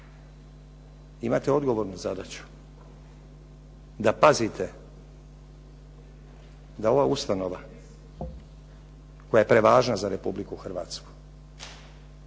Imate odgovornu zadaću da pazite da ova ustanova koja je prevažna za Republiku Hrvatsku